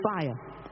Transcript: fire